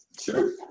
Sure